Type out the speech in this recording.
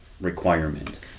requirement